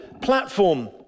platform